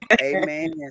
Amen